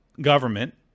government